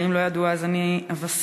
ואם לא ידוע אני אבשר,